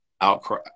outcry